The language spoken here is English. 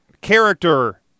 character